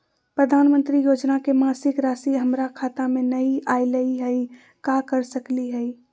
प्रधानमंत्री योजना के मासिक रासि हमरा खाता में नई आइलई हई, का कर सकली हई?